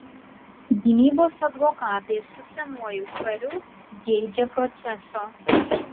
gynybos advokatai su senuoju hariu geidžia proceso